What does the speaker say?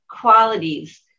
qualities